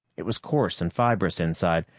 it was coarse and fibrous inside,